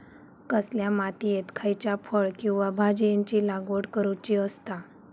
कसल्या मातीयेत खयच्या फळ किंवा भाजीयेंची लागवड करुची असता?